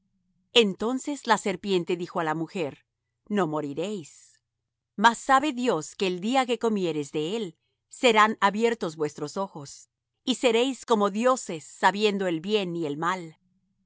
entonces la serpiente dijo á la mujer no moriréis mas sabe dios que el día que comiereis de él serán abiertos vuestros ojos y seréis como dioses sabiendo el bien y el mal